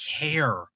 care